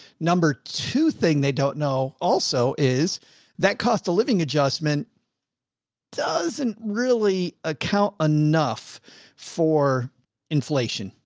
number two thing they don't know also is that cost of living adjustment doesn't really account enough for inflation.